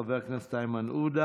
של חבר הכנסת איימן עודה: